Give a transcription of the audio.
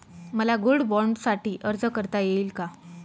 मला गोल्ड बाँडसाठी अर्ज करता येईल का?